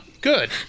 Good